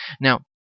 Now